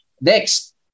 Next